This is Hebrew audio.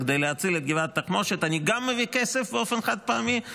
כדי להציל את גבעת התחמושת אני גם מביא כסף באופן חד-פעמי,